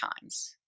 times